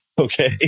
Okay